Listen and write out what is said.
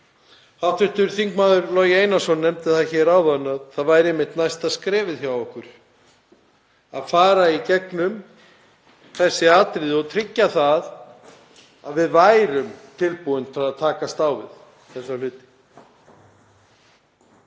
Hv. þm. Logi Einarsson nefndi það hér áðan að það væri einmitt næsta skrefið hjá okkur að fara í gegnum þessi atriði og tryggja að við værum tilbúin að takast á við þessa hluti.